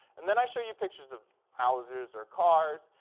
and then i show you pictures of houses or cars.